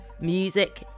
music